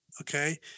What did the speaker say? Okay